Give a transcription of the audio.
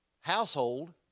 household